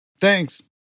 Thanks